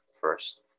first